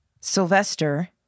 Sylvester